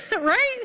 Right